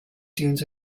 dunes